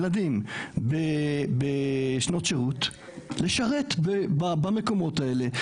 ילדים בשנת שירות לשרת במקומות האלה,